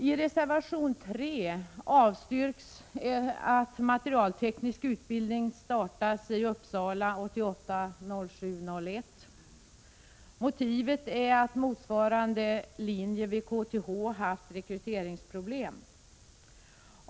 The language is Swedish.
I reservation 3 avstyrks att materialteknisk utbildning startas i Uppsala den 1 juli 1988. Motivet är att man på motsvarande linje vid KTH haft rekryteringsproblem.